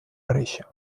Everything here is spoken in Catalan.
reixa